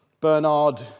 Bernard